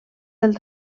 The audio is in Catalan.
del